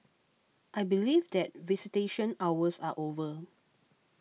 I believe that visitation hours are over